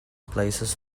places